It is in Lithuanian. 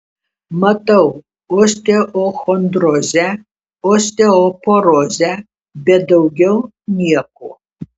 matau osteochondrozę osteoporozę bet daugiau nieko